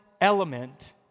element